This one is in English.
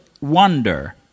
wonder